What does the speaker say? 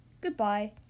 Goodbye